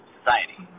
society